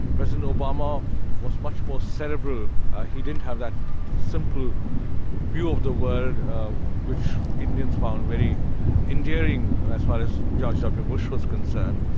president obama was much more cerebral he didn't have that simple view of the world which indians found very endearing as far as george w. bush was concerned.